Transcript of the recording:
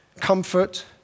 comfort